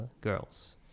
girls